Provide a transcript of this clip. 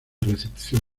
recepción